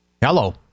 Hello